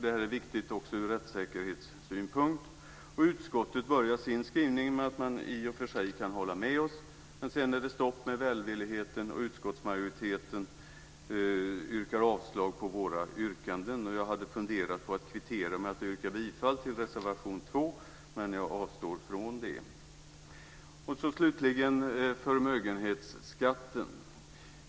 Det är viktigt också ur rättssäkerhetssynpunkt. Utskottet börjar sin skrivning med att säga att det i och för sig går att hålla med oss, men sedan är det stopp med välvilligheten och utskottsmajoriteten yrkar avslag på våra yrkanden. Jag funderade på att kvittera med att yrka bifall till reservation 2, men jag avstår från det. Slutligen har vi frågan om förmögenhetsskatten.